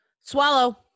Swallow